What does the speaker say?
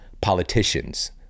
politicians